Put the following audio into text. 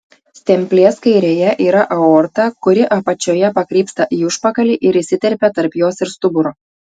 stemplės kairėje yra aorta kuri apačioje pakrypsta į užpakalį ir įsiterpia tarp jos ir stuburo